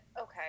okay